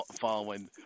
following